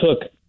took